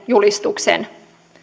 julistuksen